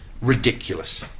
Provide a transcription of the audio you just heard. ridiculous